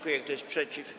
Kto jest przeciw?